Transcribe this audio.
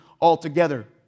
altogether